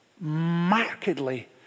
markedly